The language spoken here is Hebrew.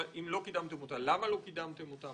אם לא קידמתם אותה, למה לא קידמתם אותה?